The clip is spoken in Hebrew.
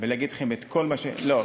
ולהגיד לכם את כל מה, לא.